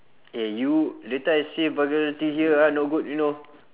eh you later I say vulgarity here ah no good you know